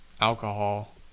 alcohol